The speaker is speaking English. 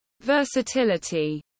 versatility